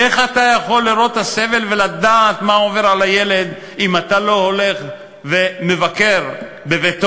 איך אתה יכול לראות ולדעת מה עובר על הילד אם אתה לא הולך ומבקר בביתו,